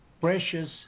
precious